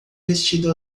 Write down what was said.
vestido